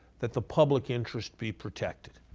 that the public interest be protected.